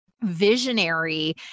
Visionary